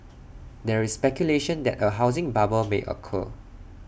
there is speculation that A housing bubble may occur